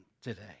today